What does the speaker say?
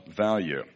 value